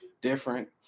Different